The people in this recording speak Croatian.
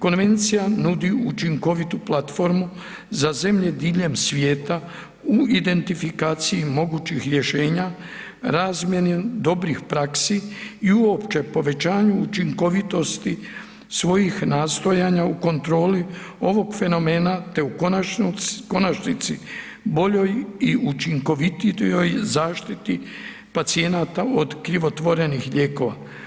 Konvencija nudi učinkovitu platformu za zemlje diljem svijeta u identifikaciji mogućih rješenja, razmjeni dobrih praksi i uopće povećanju učinkovitosti svojih nastojanja u kontroli ovog fenomena te u konačnici boljoj i učinkovitijoj zaštiti pacijenata od krivotvorenih lijekova.